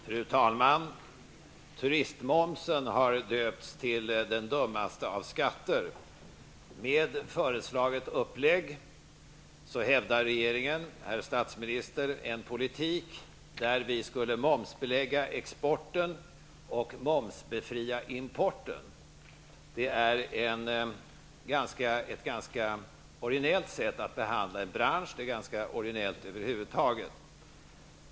Fru talman! Turistmomsen har döpts till den dummaste av skatter. Med föreslaget upplägg hävdar regeringen, herr statsminister, en politik enligt vilken vi skulle momsbelägga exporten och momsbefria importen. Det är ett ganska originellt sätt att behandla en bransch på. Det är ganska originellt över huvud taget.